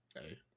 hey